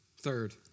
Third